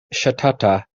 ŝatata